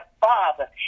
father